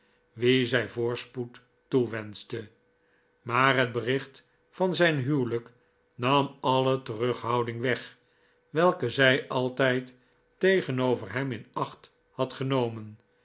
wie zij voorspoed toewenschte maar het bericht van zijn huwelijk nam alle terughouding weg welke zij altijd tegenover hem in acht had genomen